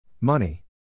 Money